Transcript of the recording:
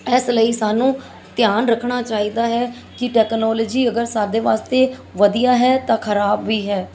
ਇਸ ਲਈ ਸਾਨੂੰ ਧਿਆਨ ਰੱਖਣਾ ਚਾਹੀਦਾ ਹੈ ਕਿ ਟੈਕਨੋਲਜੀ ਅਗਰ ਸਾਡੇ ਵਾਸਤੇ ਵਧੀਆ ਹੈ ਤਾਂ ਖ਼ਰਾਬ ਵੀ ਹੈ